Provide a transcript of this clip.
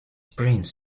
prince